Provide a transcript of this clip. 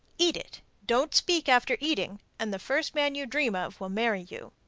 eat it, don't speak after eating, and the first man you dream of will marry you.